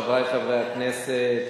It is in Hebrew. חברי חברי הכנסת,